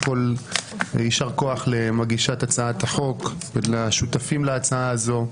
יישר כוח למגישת הצעת החוק ולשותפים להצעה הזאת.